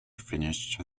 finished